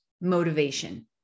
motivation